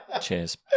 cheers